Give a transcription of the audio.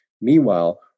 Meanwhile